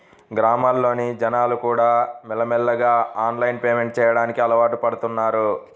గ్రామాల్లోని జనాలుకూడా మెల్లమెల్లగా ఆన్లైన్ పేమెంట్ చెయ్యడానికి అలవాటుపడుతన్నారు